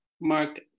Mark